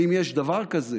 האם יש דבר כזה